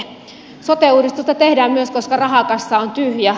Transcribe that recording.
sote uudistusta tehdään myös koska rahakassa on tyhjä